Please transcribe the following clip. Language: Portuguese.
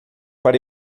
para